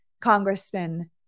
congressman